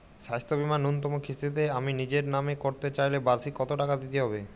স্বাস্থ্য বীমার ন্যুনতম কিস্তিতে আমি নিজের নামে করতে চাইলে বার্ষিক কত টাকা দিতে হবে?